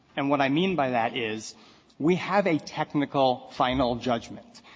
and what i mean by that is we have a technical final judgment.